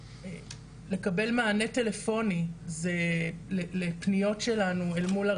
לקבל מענה טלפוני לפניות שלנו אל מול משרד